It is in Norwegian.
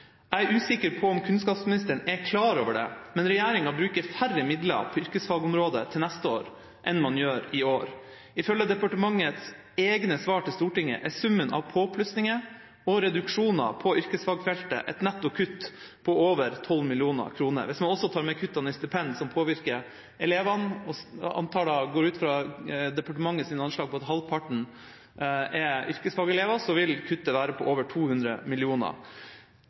Jeg er usikker på om kunnskapsministeren er klar over det, men regjeringa bruker færre midler på yrkesfagområdet til neste år enn man gjør i år. Ifølge departementets egne svar til Stortinget er summen av påplussinger og reduksjoner på yrkesfagfeltet et netto kutt på over 12 mill. kr. Hvis man også tar med kuttene i stipend, som påvirker elevene – og jeg går ut fra departementets anslag om at halvparten er yrkesfagelever – vil kuttet være på over 200